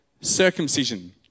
circumcision